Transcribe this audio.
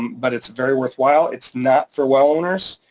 but it's very worth while. it's not for well owners.